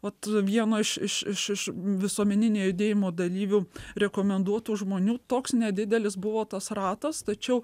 vat viena iš iš iš iš visuomeninio judėjimo dalyvių rekomenduotų žmonių toks nedidelis buvo tas ratas tačiau